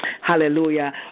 hallelujah